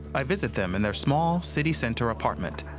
i visit them in their small city center apartment.